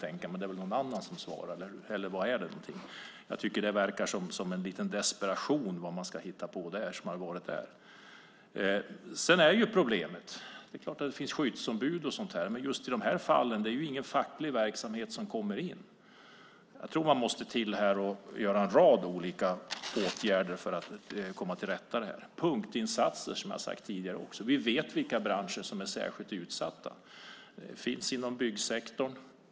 Det är väl någon annan som svarar. Jag tycker att man verkar lite desperat när det gäller vad man ska hitta på. Det är klart att det finns skyddsombud. Men just i dessa fall är det ingen facklig verksamhet som kommer in. Jag tror att man måste vidta en rad olika åtgärder för att komma till rätta med detta. Jag har tidigare talat om punktinsatser. Vi vet vilka branscher som är särskilt utsatta. De finns inom byggsektorn.